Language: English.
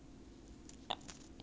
yeah that's what I thought